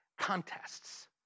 contests